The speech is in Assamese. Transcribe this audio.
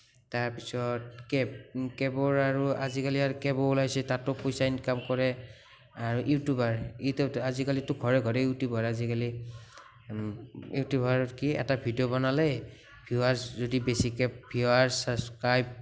তাৰপিছত কেব কেবৰ আৰু আজিকালি কেবো ওলাইছে তাতো পইচা ইনকাম কৰে আৰু ইউটিউবাৰ আজিকালিটো ঘৰে ঘৰে ইউটিউবাৰ আজিকালি ইউটিউবাৰ কি এটা ভিডিঅ' বনালে ভিউৱাৰচ যদি বেছিকে ভিউৱাৰ চাবচক্ৰাইব